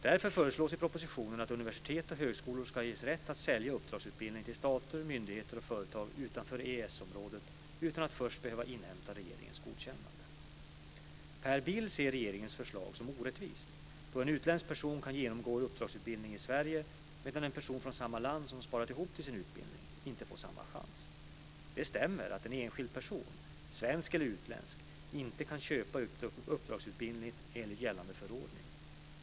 Därför föreslås i propositionen att universitet och högskolor ska ges rätt att sälja uppdragsutbildning till stater, myndigheter och företag utanför EES området utan att först behöva inhämta regeringens godkännande. Per Bill ser regeringens förslag som orättvist då en utländsk person kan genomgå uppdragsutbildning i Sverige medan en person från samma land som sparat ihop till sin utbildning inte får samma chans. Det stämmer att en enskild person - svensk eller utländsk - inte kan köpa uppdragsutbildning enligt gällande förordning.